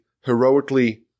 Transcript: heroically